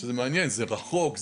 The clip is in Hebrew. שזה מעניין, זה רחוק.